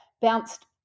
bounced